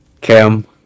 cam